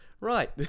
Right